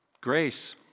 Grace